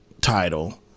title